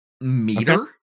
Meter